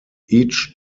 each